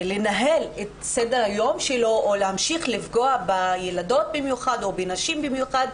לנהל את סדר-היום שלו או להמשיך לפגוע בילדות במיוחד או בנשים במיוחד,